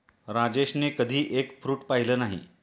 राजेशने कधी egg fruit पाहिलं नाही